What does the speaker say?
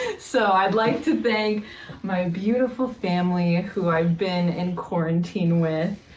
so i would like to thank my beautiful family who i have been in quarantine with.